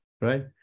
right